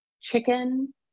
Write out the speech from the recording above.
chicken